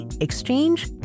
exchange